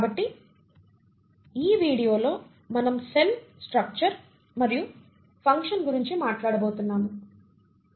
కాబట్టి ఈ వీడియోలో మనం సెల్ స్ట్రక్చర్ మరియు ఫంక్షన్ గురించి మాట్లాడబోతున్నాము